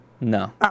No